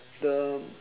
the